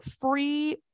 free